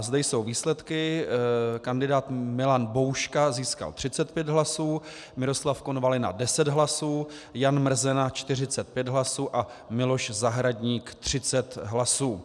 Zde jsou výsledky: kandidát Milan Bouška získal 35 hlasů, Miroslav Konvalina 10 hlasů, Jan Mrzena 45 hlasů a Miloš Zahradník 30 hlasů.